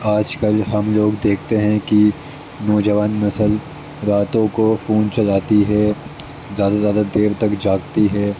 آج کل ہم لوگ دیکھتے ہیں کہ نوجوان نسل راتوں کو فون چلاتی ہے زیادہ زیادہ دیر تک جاگتی ہے